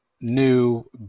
new